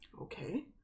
Okay